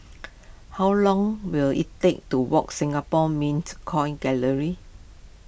how long will it take to walk Singapore Mint Coin Gallery